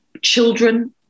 children